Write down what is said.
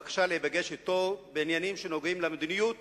בבקשה להיפגש אתו בעניינים שנוגעים למדיניות